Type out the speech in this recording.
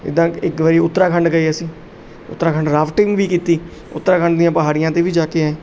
ਇੱਦਾਂ ਇੱਕ ਵਾਰੀ ਉੱਤਰਾਖੰਡ ਗਏ ਅਸੀਂ ਉੱਤਰਾਖੰਡ ਰਾਫਟਿੰਗ ਵੀ ਕੀਤੀ ਉੱਤਰਾਖੰਡ ਦੀਆਂ ਪਹਾੜੀਆਂ 'ਤੇ ਵੀ ਜਾ ਕੇ ਆਏ